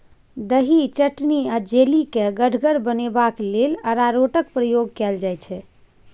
दही, चटनी आ जैली केँ गढ़गर बनेबाक लेल अरारोटक प्रयोग कएल जाइत छै